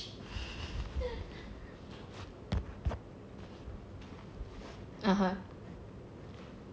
(uh huh)